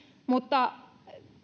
mutta